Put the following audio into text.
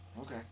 Okay